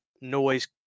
noise